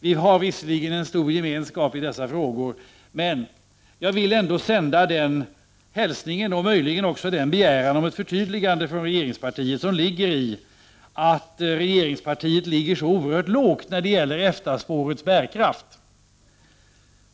Vi har visserligen en stor gemenskap i dessa frågor, men jag vill ändå sända den hälsningen, och möjligen också den begäran om ett förtydligande från regeringspartiet, som ligger oerhört lågt när det gäller EFTA-spårets bärkraft.